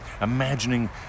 Imagining